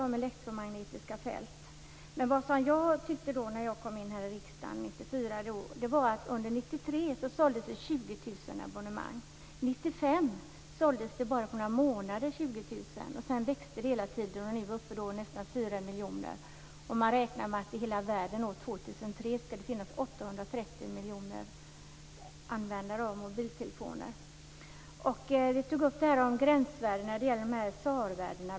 När jag kom in i riksdagen 1994 noterade jag att det under 1993 såldes 20 000 abonnemang. 1995 såldes det 20 000 bara på några månader. Sedan växte det hela tiden, och nu är det uppe i nästan fyra miljoner. Man räknar med att det i hela världen år 2003 skall finnas 830 miljoner användare av mobiltelefoner. Vi tog upp det här med gränsvärde.